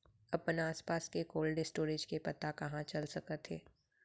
अपन आसपास के कोल्ड स्टोरेज के पता कहाँ चल सकत हे?